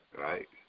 right